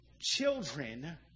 Children